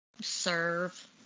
serve